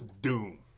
Doom